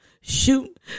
shoot